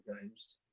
games